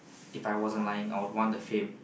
If I wasn't lying I would want the fame